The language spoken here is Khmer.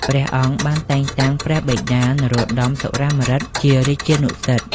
ព្រះអង្គបានតែងតាំងព្រះបិតា នរោត្ដម សុរាម្រិត ជារាជានុសិទ្ធិ។